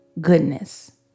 goodness